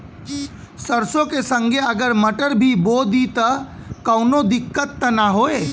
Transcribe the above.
सरसो के संगे अगर मटर भी बो दी त कवनो दिक्कत त ना होय?